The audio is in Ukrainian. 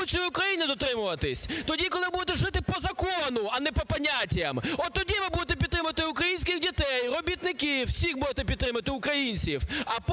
тоді, коли ви будете жити по закону, а не по понятіям. От тоді ви будете підтримувати українських дітей, робітників – всіх будете підтримувати українців.